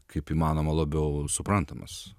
kaip įmanoma labiau suprantamas